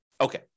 Okay